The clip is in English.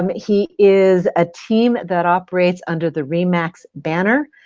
um he is a team that operates under the re max banner.